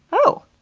oh!